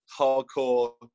hardcore